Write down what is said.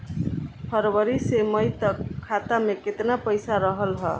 फरवरी से मई तक खाता में केतना पईसा रहल ह?